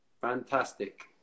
Fantastic